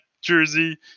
jersey